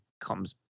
comes